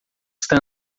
está